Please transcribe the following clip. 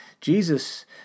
Jesus